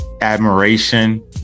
admiration